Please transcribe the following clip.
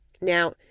Now